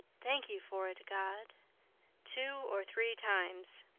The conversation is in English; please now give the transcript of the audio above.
thank you for it, god two or three times.